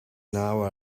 now